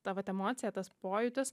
ta vat emocija tas pojūtis